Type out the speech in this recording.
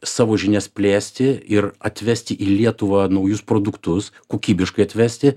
savo žinias plėsti ir atvesti į lietuvą naujus produktus kokybiškai atvesti